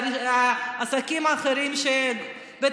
כן,